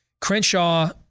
Crenshaw